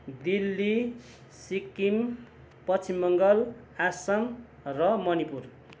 दिल्ली सिक्किम पश्चिम बङ्गाल असम र मणिपुर